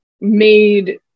made